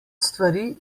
stvari